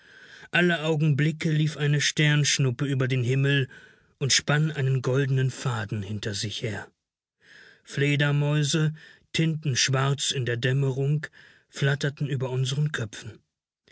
alle augenblicke lief eine sternschnuppe über den himmel und spann einen goldenen faden hinter sich her fledermäuse tintenschwarz in der dämmerung flatterten über unseren köpfen